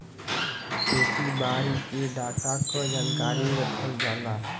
खेती बारी के डाटा क जानकारी रखल जाला